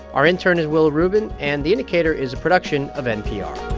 our intern is willa rubin, and the indicator is a production of npr